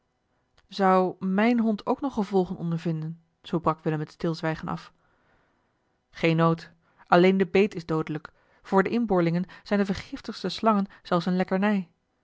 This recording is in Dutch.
zou mijn hond ook nog gevolgen ondervinden zoo brak willem het stilzwijgen af eli heimans willem roda geen nood alleen de beet is doodelijk voor de inboorlingen zijn de vergiftigste slangen zelfs eene lekkernij